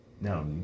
No